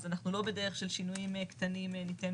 אז אנחנו לא בדרך של שינויים קטנים ניתן